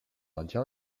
indien